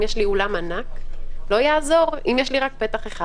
אם יש לי אולם ענק לא יעזור אם יש לי רק פתח אחד,